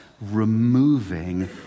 removing